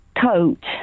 Coat